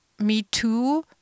MeToo